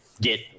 get